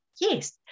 Yes